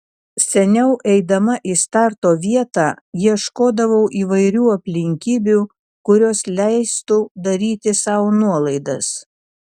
seniau eidama į starto vietą ieškodavau įvairių aplinkybių kurios leistų daryti sau nuolaidas